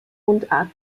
mundart